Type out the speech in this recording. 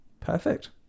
Perfect